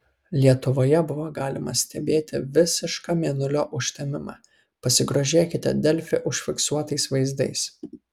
lietuvoje buvo galima stebėti visišką mėnulio užtemimą pasigrožėkite delfi užfiksuotais vaizdais